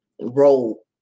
role